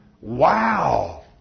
Wow